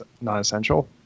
non-essential